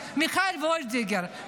מיכל וולדיגר,